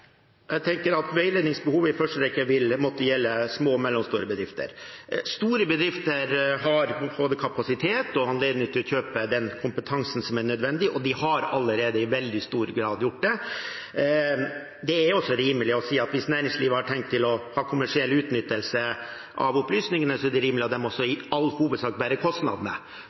Jeg tenker at veiledningsbehovet i første rekke vil måtte gjelde små og mellomstore bedrifter. Store bedrifter har både kapasitet og anledning til å kjøpe den kompetansen som er nødvendig, og de har allerede i veldig stor grad gjort det. Det er også rimelig å si at hvis næringslivet har tenkt til å ha kommersiell utnyttelse av opplysningene, er det rimelig at de også i all hovedsak bærer kostnadene